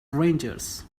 rangers